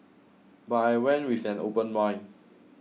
but I went with an open mind